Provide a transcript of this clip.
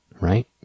right